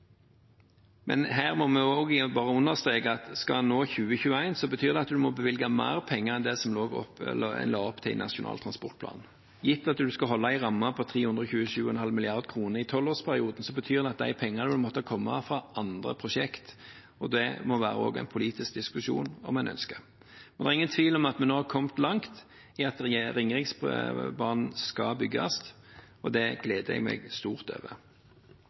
men det er mer kompliserte prosjekt enn det en trodde da en satte opp tidsrammen. Her må vi også bare understreke at skal en nå det til 2021, betyr det at en må bevilge mer penger enn det en la opp til i Nasjonal transportplan. Gitt at en skal holde en ramme på 327,5 mrd. kr i 12-årsperioden, betyr det at de pengene vil måtte komme fra andre prosjekt, og det må også være en politisk diskusjon om hvorvidt en ønsker det. Det er ingen tvil om at vi nå har kommet langt i at Ringeriksbanen skal bygges, og det gleder jeg meg stort over.